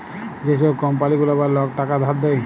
যে ছব কম্পালি গুলা বা লক টাকা ধার দেয়